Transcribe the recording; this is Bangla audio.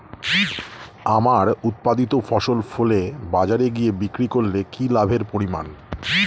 আমার উৎপাদিত ফসল ফলে বাজারে গিয়ে বিক্রি করলে কি লাভের পরিমাণ?